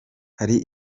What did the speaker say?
hari